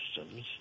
systems